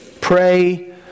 pray